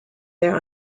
there